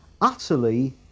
utterly